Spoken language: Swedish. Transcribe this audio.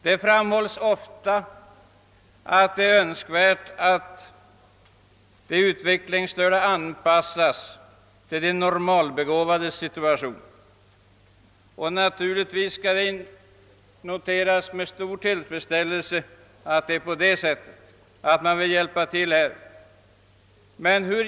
Det framhålls ofta att det är önskvärt att de utvecklingsstörda anpassas till de normalbegåvades situation. Och naturligtvis skall det med stor tillfredsställelse noteras att man vill hjälpa till härvidlag.